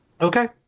Okay